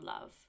love